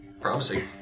Promising